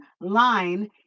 line